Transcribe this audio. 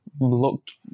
looked